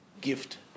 gift